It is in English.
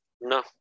No